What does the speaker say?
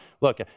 look